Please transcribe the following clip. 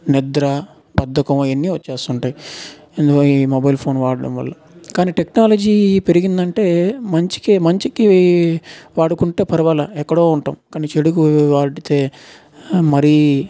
నిద్ర బద్ధకం అవన్నీ వస్తుంటాయి ఇదిగో ఈ మొబైల్ ఫోన్ వాడటం వల్ల కానీ టెక్నాలజీ పెరిగిందంటే మంచికి మంచికి వాడుకుంటే పర్వా లేదు ఎక్కడో ఉంటాం కానీ చెడుకు వాడితే మరి